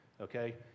Okay